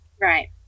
Right